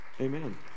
Amen